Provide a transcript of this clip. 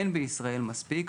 אין בישראל מספיק,